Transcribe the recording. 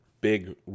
big